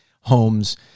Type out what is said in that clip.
homes